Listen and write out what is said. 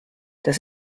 das